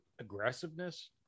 Aggressiveness